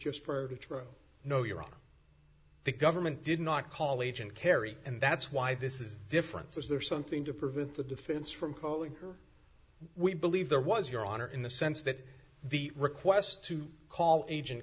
just prior to trial no you're on the government did not call agent kerry and that's why this is different so is there something to prevent the defense from calling her we believe there was your honor in the sense that the request to call agent